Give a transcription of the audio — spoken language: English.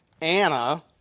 Anna